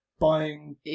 buying